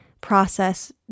process